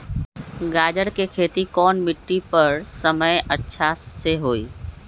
गाजर के खेती कौन मिट्टी पर समय अच्छा से होई?